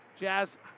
Jazz